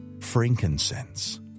frankincense